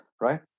right